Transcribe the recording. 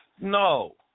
no